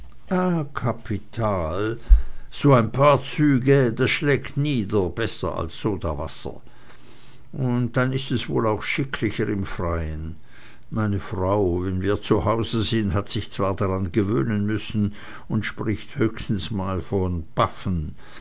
kapital so ein paar züge das schlägt nieder besser als sodawasser und dann ist es auch wohl schicklicher im freien meine frau wenn wir zu hause sind hat sich zwar daran gewöhnen müssen und spricht höchstens mal von paffen